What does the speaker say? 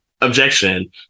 objection